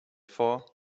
for